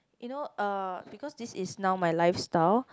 you know uh because this is now my lifestyle